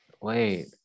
wait